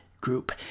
group